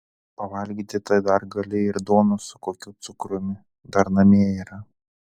pavalgyti tai dar gali ir duonos su kokiu cukrumi dar namie yra